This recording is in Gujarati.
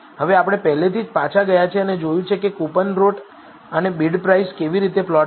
હવે આપણે પહેલાથી જ પાછા ગયા છે અને જોયું છે કે કૂપનરેટ અને બિડપ્રાઇસ કેવી રીતે પ્લોટ કરવા